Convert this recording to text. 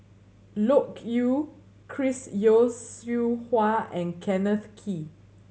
Loke Yew Chris Yeo Siew Hua and Kenneth Kee